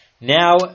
now